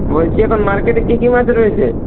বলছি এখন মার্কেটে কি কি মাছ রয়েছে